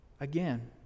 Again